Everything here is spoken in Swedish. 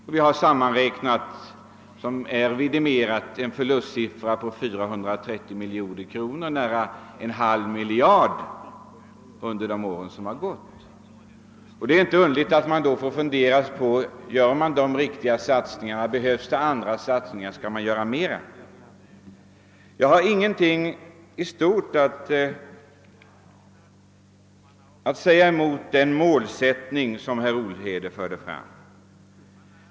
Jag har efter sammanräkning kommit fram till en förlust, och den är vidimerad, på sammanlagt 430 miljoner kronor, d. v. s. nära en halv miljard, under de gångna åren. Det är inte märkligt att man då frågar sig om de riktiga satsningarna görs och om det behövs mera satsningar. I stort sett har jag ingenting att invända mot den målsättning herr Olhede presenterade.